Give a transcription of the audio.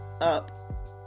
up